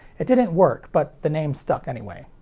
it didn't work, but the name stuck anyway.